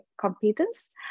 competence